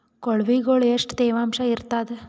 ಕೊಳವಿಗೊಳ ಎಷ್ಟು ತೇವಾಂಶ ಇರ್ತಾದ?